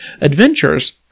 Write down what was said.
Adventures